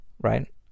right